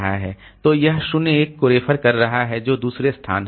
तो यह 0 1 को रेफर कर रहा है जो दूसरा स्थान है